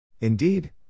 Indeed